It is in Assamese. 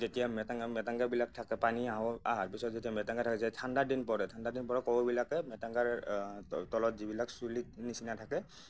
যেতিয়া মেটেকা মেটেঙগাবিলাক থাকে পানী আহঁক আঁহাৰ পিছত যেতিয়া মেটেঙগা থকা যায় ঠাণ্ডা দিন পৰে ঠাণ্ডা দিন পৰক কাৱৈবিলাকে মেটেঙগাৰ তলত যিবিলাক চুলি নিচিনা থাকে তাত